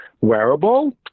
wearable